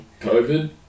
COVID